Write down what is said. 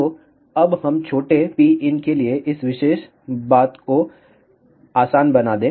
तो अब हमें छोटे Pin के लिए इस विशेष बात को आसान बनाने दे